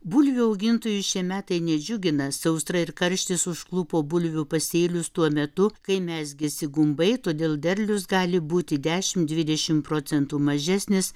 bulvių augintojų šie metai nedžiugina sausra ir karštis užklupo bulvių pasėlius tuo metu kai mezgėsi gumbai todėl derlius gali būti dešim dvidešim procentų mažesnis